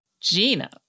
Gina